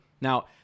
Now